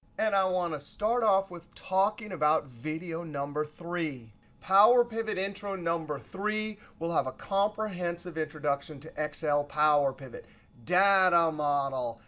and i want to start off with talking about video number three power pivot intro three. we'll have a comprehensive introduction to excel power pivot data model,